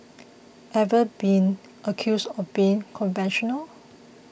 ever been accused of being conventional